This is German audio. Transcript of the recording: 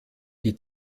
die